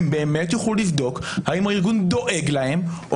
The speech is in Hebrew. הם באמת יוכלו לבדוק האם הוא ארגון שדואג להם או